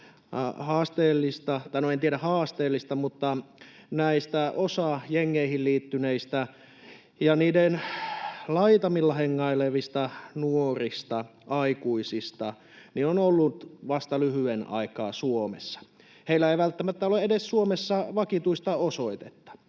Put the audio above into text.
en tiedä haasteellista, mutta osa näistä jengeihin liittyneistä ja niiden laitamilla hengailevista nuorista aikuisista on ollut vasta lyhyen aikaa Suomessa. Heillä ei välttämättä ole edes Suomessa vakituista osoitetta,